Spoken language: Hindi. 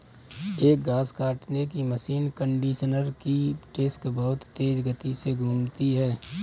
एक घास काटने की मशीन कंडीशनर की डिस्क बहुत तेज गति से घूमती है